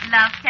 Love